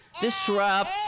disrupt